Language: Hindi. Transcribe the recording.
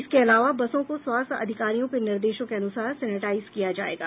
इसके अलावा बसों को स्वास्थ्य अधिकारियों के निर्देशों के अनुसार सेनेटाइज किया जाएगा